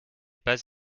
pas